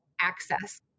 access